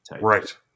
right